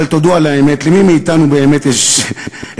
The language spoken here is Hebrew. אבל תודו על האמת: למי מאתנו באמת יש את